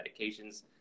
medications